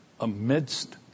amidst